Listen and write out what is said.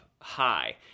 high